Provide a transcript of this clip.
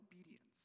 obedience